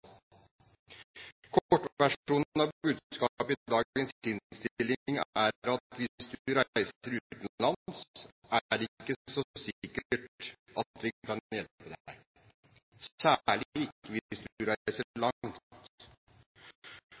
av budskapet i dagens innstilling er at hvis du reiser utenlands, er det ikke så sikkert at vi kan hjelpe deg – særlig ikke hvis du reiser langt.